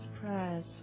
prayers